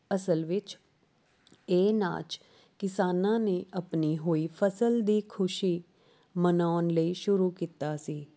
ਅਸਲ ਵਿੱਚ ਇਹ ਨਾਚ ਕਿਸਾਨਾਂ ਨੇ ਆਪਣੀ ਹੋਈ ਫ਼ਸਲ ਦੀ ਖੁਸ਼ੀ ਮਨਾਉਣ ਲਈ ਸ਼ੁਰੂ ਕੀਤਾ ਸੀ